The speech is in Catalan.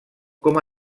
com